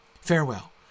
Farewell